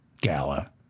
Gala